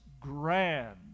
grand